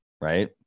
right